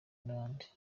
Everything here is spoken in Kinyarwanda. n’abandi